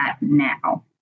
now